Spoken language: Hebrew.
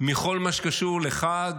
מכל מה שקשור לחג,